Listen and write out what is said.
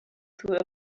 through